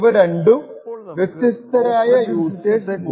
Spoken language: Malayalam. ഇവ രണ്ടും വ്യത്യസ്തരായ യൂസേഴ്സ് മുഖാന്തിരം റൺ ചെയ്യപ്പെടുന്നവയാണ്